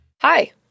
Hi